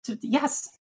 yes